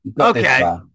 okay